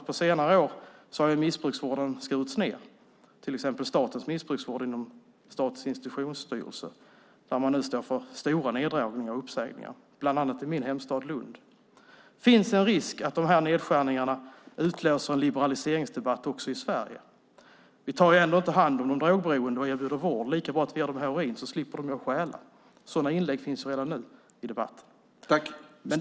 På senare år har missbrukarvården skurits ned, till exempel statens missbrukarvård inom Statens institutionsstyrelse där man nu står inför stora neddragningar och uppsägningar, bland annat i min hemstad Lund. Det finns en risk att dessa nedskärningar utlöser en liberaliseringsdebatt också i Sverige. Vi tar ändå inte hand om de drogberoende och erbjuder vård; det är lika bra att vi ger dem heroin så slipper de stjäla - sådana inlägg finns redan nu i debatten.